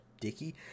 dicky